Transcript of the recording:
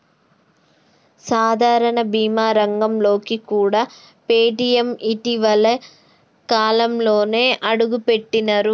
సాధారణ బీమా రంగంలోకి కూడా పేటీఎం ఇటీవలి కాలంలోనే అడుగుపెట్టినరు